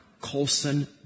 Colson